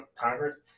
Congress